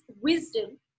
wisdom